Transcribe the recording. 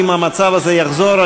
אם המצב הזה יחזור,